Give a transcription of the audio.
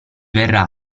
verrà